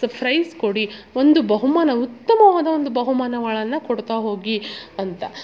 price ಕೊಡಿ ಒಂದು ಬಹುಮಾನ ಉತ್ತಮವಾದ ಒಂದು ಬಹುಮಾನಗಳನ್ನು ಕೊಡ್ತಾ ಹೋಗಿ ಅಂತ